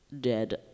dead